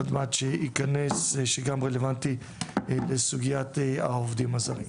עוד מעט יכנס למה שרלוונטי לסוגיית העובדים הזרים,